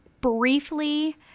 Briefly